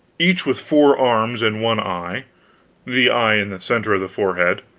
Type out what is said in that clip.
each with four arms and one eye the eye in the center of the forehead,